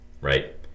right